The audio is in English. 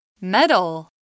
Metal